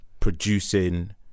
Producing